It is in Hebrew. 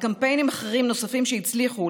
לקמפיינים אחרים שהצליחו,